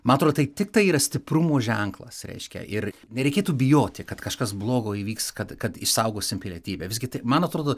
man atrodo tai tiktai yra stiprumo ženklas reiškia ir nereikėtų bijoti kad kažkas blogo įvyks kad kad išsaugosim pilietybę visgi tai man atrodo